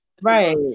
Right